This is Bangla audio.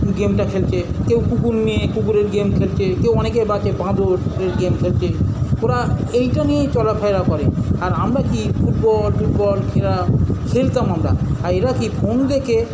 গেমটা খেলছে কেউ কুকুর নিয়ে কুকুরের গেম খেলছে কেউ অনেকে বাছে বাঁদরের গেম খেলছে ওরা এটা নিয়েই চলাফেরা করে আর আমরা কী ফুটবল টুটবল খেলতাম আমরা আর এরা কী ফোন দেখে